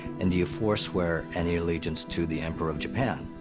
and do you foreswear any allegiance to the emperor of japan?